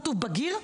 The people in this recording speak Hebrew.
כתוב "בגיר,